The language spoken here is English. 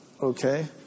okay